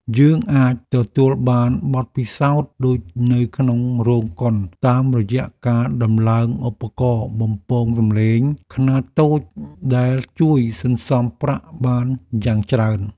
យើងអាចទទួលបានបទពិសោធន៍ដូចនៅក្នុងរោងកុនតាមរយៈការដំឡើងឧបករណ៍បំពងសម្លេងខ្នាតតូចដែលជួយសន្សំប្រាក់បានយ៉ាងច្រើន។